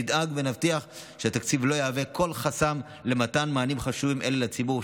נדאג ונבטיח שהתקציב לא יהווה כל חסם למתן מענים חשובים אלה לציבור,